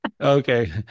okay